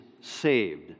saved